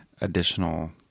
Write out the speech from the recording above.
additional